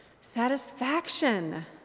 satisfaction